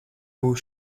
būs